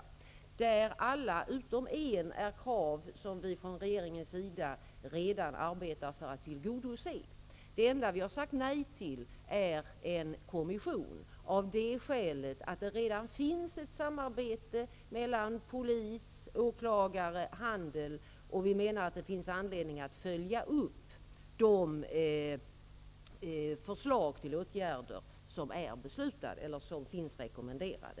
Alla utom ett arbetar vi från regeringens sida redan för att tillgodose. Det enda vi har sagt nej till är kravet på en kommission, och det har vi gjort av det skälet att det redan finns ett samarbete mellan polis, åklagare och handel, och vi menar att det finns anledning att först följa upp de förslag till åtgärder som är beslutade eller rekommenderade.